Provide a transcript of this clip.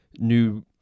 new